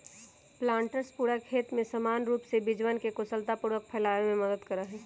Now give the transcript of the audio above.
planters पूरा खेत में समान रूप से बीजवन के कुशलतापूर्वक फैलावे में मदद करा हई